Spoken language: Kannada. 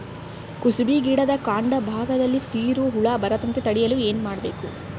ಕುಸುಬಿ ಗಿಡದ ಕಾಂಡ ಭಾಗದಲ್ಲಿ ಸೀರು ಹುಳು ಬರದಂತೆ ತಡೆಯಲು ಏನ್ ಮಾಡಬೇಕು?